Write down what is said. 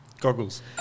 Goggles